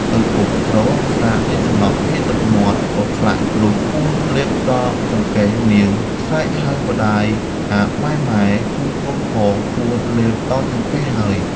ឪពុកស្រវឹងស្រាដេកសន្លប់ហៀរទឹកមាត់កក្លាក់ ។ លុះពស់លេបដល់ចង្កេះនាង ស្រែកហៅម្ដាយថា “ម៉ែៗ ជួយកូនផងពស់លេបដល់ចង្កេះហើយ ” ។